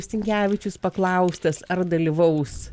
sinkevičius paklaustas ar dalyvaus